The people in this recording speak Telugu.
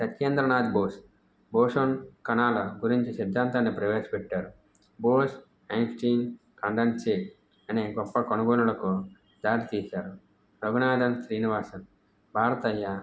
సత్యేంద్రనాథ్ బోస్ బోషన్ కణాల గురించి సిద్ధాంతాన్ని ప్రవేశపెట్టారు బోస్ ఐన్స్టీన్ కండన్సే అనే గొప్ప కనుగొనులకు దారి తీశారు రఘునాథన్ శ్రీనివాసన్ భారతీయ